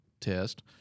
test